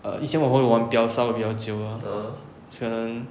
err 以前我会玩比较稍微比较久 ah 可能